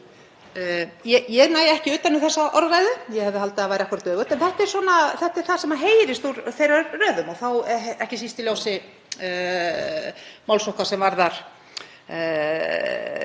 Ég næ ekki utan um þessa orðræðu. Ég hefði haldið að það væri akkúrat öfugt en þetta er það sem heyrist úr þeirra röðum og þá ekki síst í ljósi máls okkar sem varðar